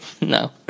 No